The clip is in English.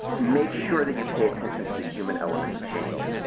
make sure that you pay attention to the human element of change.